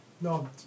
No